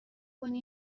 کنی